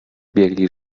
biegli